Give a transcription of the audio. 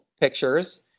pictures